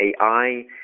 AI